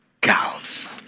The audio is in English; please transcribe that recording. cows